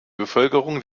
bevölkerung